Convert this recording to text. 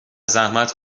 زحمت